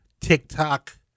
TikTok